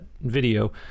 video